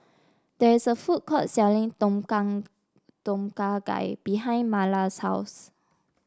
there is a food court selling Tom Tom Kha Gai behind Marla's house